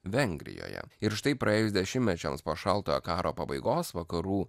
vengrijoje ir štai praėjus dešimtmečiams po šaltojo karo pabaigos vakarų